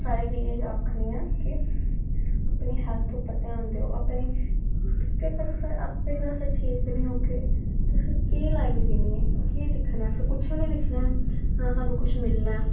सारें गी एह् आखनी आं के अपनी हैल्थ उप्पर ध्यान देओ अपनी के अगर अस आपें गै अगर ठीक नी होग्गे ते असें केह् लाईफ जीनी ऐ केह् दिक्खना असें कुछ बी नी दिक्खना ना स्हानू कुछ मिलना ऐ